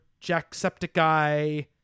Jacksepticeye